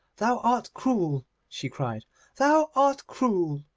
thou art cruel she cried thou art cruel.